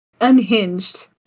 unhinged